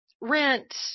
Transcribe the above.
rent